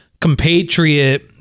compatriot